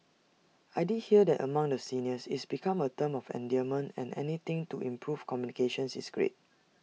I did hear that among the seniors it's become A term of endearment and anything to improve communications is great